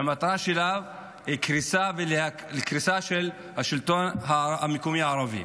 שהמטרה שלו היא קריסה של השלטון המקומי הערבי.